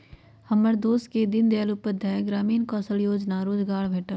हमर दोस के दीनदयाल उपाध्याय ग्रामीण कौशल जोजना द्वारा रोजगार भेटल